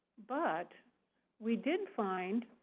but we did find,